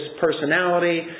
personality